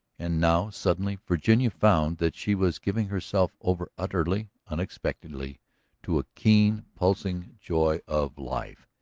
and now suddenly virginia found that she was giving herself over utterly, unexpectedly to a keen, pulsing joy of life.